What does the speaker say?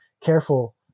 careful